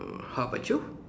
err how about you